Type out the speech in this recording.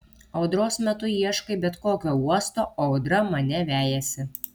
audros metu ieškai bet kokio uosto o audra mane vejasi